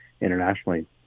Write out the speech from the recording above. internationally